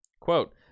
Quote